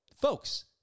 folks